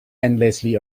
endlessly